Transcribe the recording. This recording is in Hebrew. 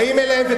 באים אליהם,